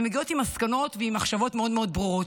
והן מגיעות עם מסקנות ועם מחשבות מאוד מאוד ברורות.